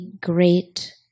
great